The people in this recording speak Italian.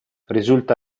risulta